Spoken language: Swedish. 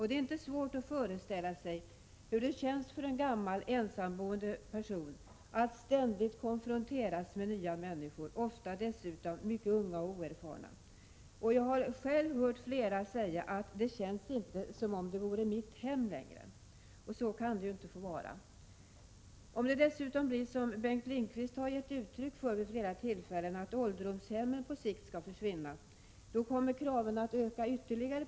Det är inte svårt att föreställa sig hur det känns för en gammal ensamboende person att ständigt konfronteras med nya människor, som dessutom ofta är mycket unga och oerfarna. Jag har själv hört flera gamla säga att det inte känns som om det vore deras hem längre. Så kan det inte få fortsätta. Om det dessutom blir så som Bengt Lindqvist har gett uttryck för vid flera tillfällen, att ålderdomshemmen på sikt skall försvinna, kommer kraven på hemtjänsten att öka ytterligare.